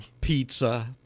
pizza